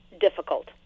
difficult